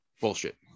bullshit